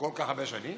מכל כך הרבה שנים.